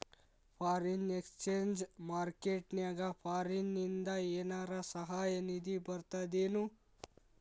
Foreign exchange market ನ್ಯಾಗ ಫಾರಿನಿಂದ ಏನರ ಸಹಾಯ ನಿಧಿ ಬರ್ತದೇನು?